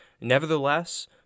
Nevertheless